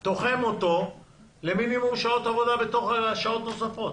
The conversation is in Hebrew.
אתה לא תוחם אותו למינימום שעות עבודה בתוך השעות הנוספות?